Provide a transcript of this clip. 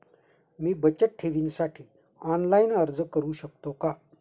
मी बचत ठेवीसाठी ऑनलाइन अर्ज करू शकतो का?